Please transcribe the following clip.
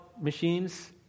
machines